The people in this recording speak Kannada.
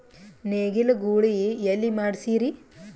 ನೇಗಿಲ ಗೂಳಿ ಎಲ್ಲಿ ಮಾಡಸೀರಿ?